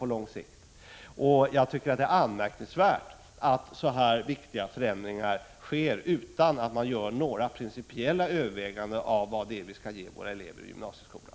Det är, enligt min mening, anmärkningsvärt att så viktiga ändringar sker utan att man principiellt överväger vad vi skall ge eleverna i gymnasieskolan.